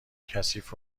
کثیف